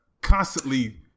Constantly